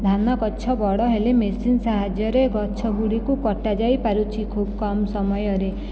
ଧାନ ଗଛ ବଡ଼ ହେଲେ ମେସିନ୍ ସାହାଯ୍ୟରେ ଗଛ ଗୁଡ଼ିକୁ କଟାଯାଇ ପାରୁଛି ଖୁବ କମ ସମୟରେ